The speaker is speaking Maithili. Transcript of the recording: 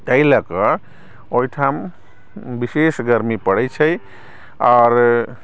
ओहि लऽ कऽ ओहिठाम विशेष गर्मी पड़ै छै आओर